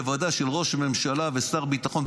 בוודאי של ראש ממשלה ושר ביטחון,